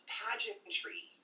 pageantry